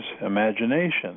imagination